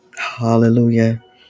Hallelujah